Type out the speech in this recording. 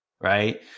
Right